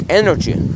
energy